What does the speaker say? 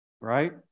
Right